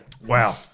Wow